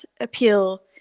appeal